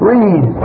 Read